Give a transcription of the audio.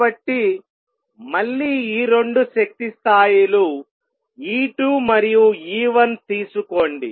కాబట్టి మళ్ళీ ఈ 2 శక్తి స్థాయిలు E2 మరియు E1 తీసుకోండి